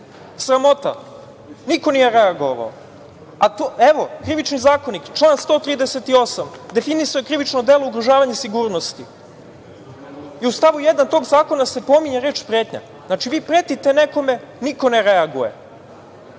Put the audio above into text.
Sramota! Niko nije reagovao. Krivični zakonik, član 138, definisao je krivično delo ugrožavanja sigurnosti i u stavu 1. tog zakona se pominje reč „pretnja“. Dakle, vi pretite nekome i niko ne reaguje.